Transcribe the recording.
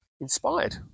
inspired